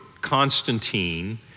constantine